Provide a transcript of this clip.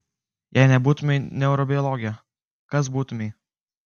jei nebūtumei neurobiologė kas būtumei